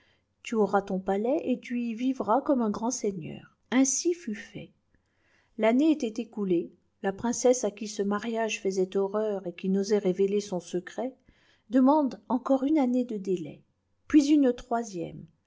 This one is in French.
tu auras ton palais et tu y vivras comme un grand seigneur ainsi fut fait l'année était écoulée la princesse à qui ce mariage faisait horreur et qui n'osait révéler son secret demande encore une année de délai puis une troisième